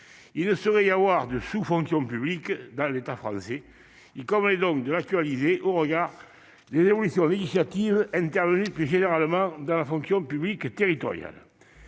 Il ne saurait y avoir de sous-fonction publique dans l'État français. Il convient donc d'actualiser ce statut au regard des évolutions législatives intervenues plus généralement dans la fonction publique territoriale.